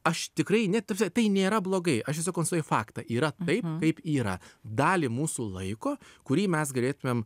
aš tikrai ne ta prasme tai nėra blogai aš tiesiog konstatuoju faktą yra taip kaip yra dalį mūsų laiko kurį mes galėtumėm